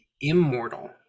immortal